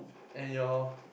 and your